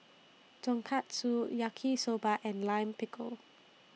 Tonkatsu Yaki Soba and Lime Pickle